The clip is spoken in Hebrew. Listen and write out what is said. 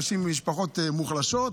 אנשים ממשפחות מוחלשות.